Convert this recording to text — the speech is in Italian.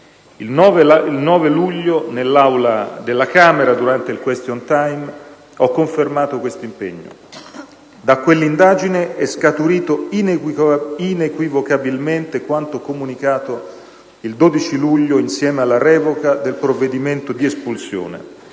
Il 9 luglio, nell'Aula della Camera, durante il *question time*, ho confermato questo impegno. Da quell'indagine è scaturito inequivocabilmente quanto comunicato il 12 luglio, insieme alla revoca del provvedimento di espulsione: